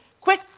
quick